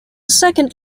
second